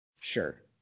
sure